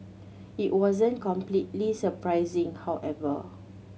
it wasn't completely surprising however